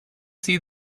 see